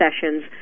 sessions